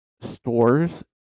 stores